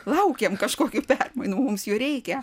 laukiam kažkokių permainų mums jų reikia